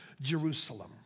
Jerusalem